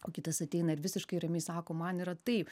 o kitas ateina ir visiškai ramiai sako man yra taip